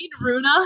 Runa